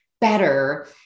better